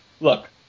look